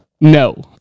no